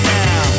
now